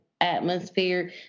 atmosphere